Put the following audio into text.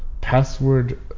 password